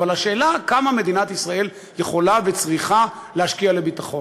אבל השאלה היא כמה מדינת ישראל יכולה וצריכה להשקיע בביטחון.